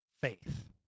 faith